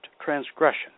transgression